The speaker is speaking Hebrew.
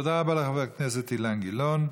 תודה לחבר הכנסת אילן גילאון.